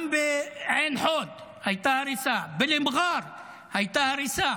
גם בעין חוד הייתה הריסה, במע'אר הייתה הריסה.